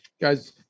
guys